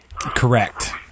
Correct